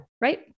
right